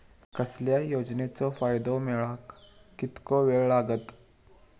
कसल्याय योजनेचो फायदो मेळाक कितको वेळ लागत?